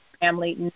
family